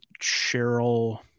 Cheryl